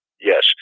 yes